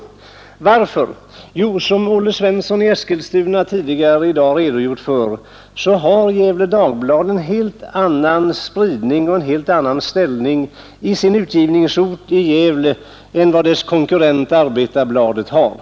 Varför? Jo, som Olle Svensson i Eskilstuna tidigare i dag redogjort för har Gefle Dagblad en helt annan spridning och en helt annan ställning i Gävle än vad tidningens konkurrent Arbetarbladet har.